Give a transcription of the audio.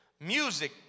Music